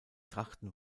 trachten